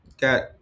Got